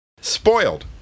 Spoiled